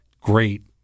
great